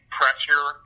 pressure